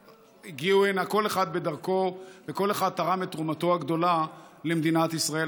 שהגיעו הנה כל אחד בדרכו וכל אחד תרם את תרומתו הגדולה למדינת ישראל.